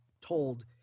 told